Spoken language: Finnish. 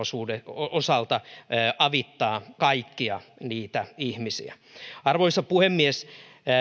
osalta avittaa kaikkia niitä ihmisiä arvoisa puhemies